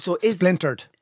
Splintered